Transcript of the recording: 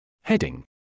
Heading